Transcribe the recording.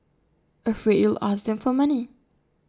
afraid you'll ask them for money